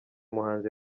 muhanzi